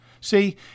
See